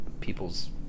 people's